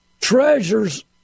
Treasures